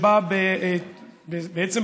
בעצם,